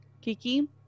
Kiki